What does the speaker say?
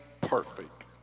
perfect